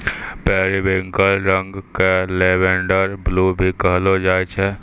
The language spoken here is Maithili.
पेरिविंकल रंग क लेवेंडर ब्लू भी कहलो जाय छै